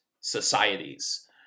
societies